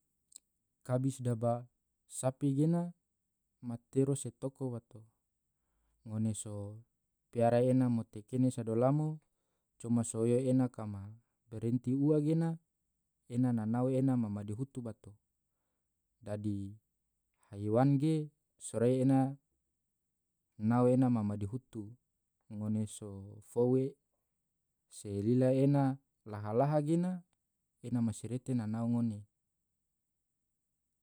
kabi sedaba sapi gena matero se toko bato, ngone se piara ena mote kene sado lamo, coma so oyo ena kama barenti ua gena ena nao ena ma madihutu bato, dadi haiwan ge sorai ena nao ena ma madihutu, ngone sofou se lila ena laha-laha gena ena masirete nao ngone.